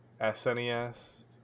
SNES